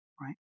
right